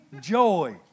joy